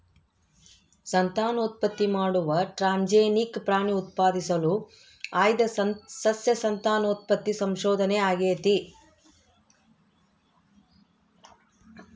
ಸಂತಾನೋತ್ಪತ್ತಿ ಮಾಡುವ ಟ್ರಾನ್ಸ್ಜೆನಿಕ್ ಪ್ರಾಣಿ ಉತ್ಪಾದಿಸಲು ಆಯ್ದ ಸಸ್ಯ ಸಂತಾನೋತ್ಪತ್ತಿ ಸಂಶೋಧನೆ ಆಗೇತಿ